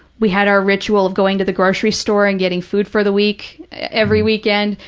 we had our ritual of going to the grocery store and getting food for the week every weekend,